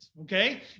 okay